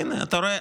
הינה, אתה רואה,